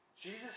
Jesus